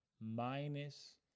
minus